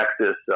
Texas